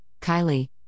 Kylie